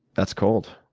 that's cold.